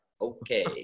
okay